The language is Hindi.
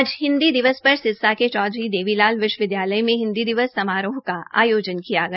आज हिन्दी दिवस पर सिरसा के चौधरी देवी लाल विश्वविदयालय में हिन्दी दिवस समारोह का आयोजन किया गया